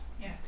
Yes